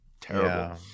terrible